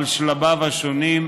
על שלביו השונים,